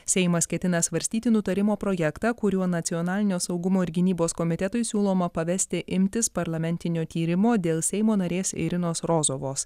seimas ketina svarstyti nutarimo projektą kuriuo nacionalinio saugumo ir gynybos komitetui siūloma pavesti imtis parlamentinio tyrimo dėl seimo narės irinos rozovos